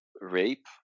rape